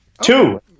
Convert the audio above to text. Two